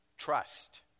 Trust